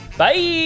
Bye